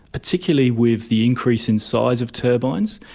particularly with the increase in size of turbines.